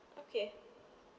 okay